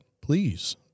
please